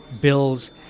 Bills